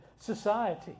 society